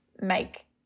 make